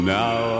now